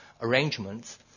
arrangements